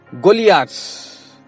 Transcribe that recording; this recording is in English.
Goliaths